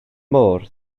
môr